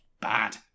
bad